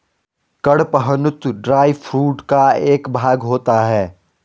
कड़पहनुत dry food का एक भाग होता है